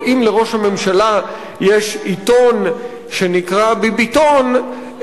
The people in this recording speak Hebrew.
אם לראש הממשלה יש עיתון שנקרא "ביביתון",